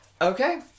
Okay